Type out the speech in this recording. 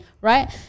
right